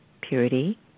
purity